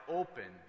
open